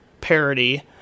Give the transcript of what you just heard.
parody